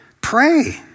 pray